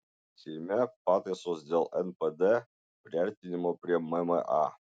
seime pataisos dėl npd priartinimo prie mma